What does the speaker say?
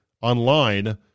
online